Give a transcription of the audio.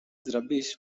rubbish